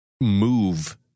move